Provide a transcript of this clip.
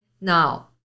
Now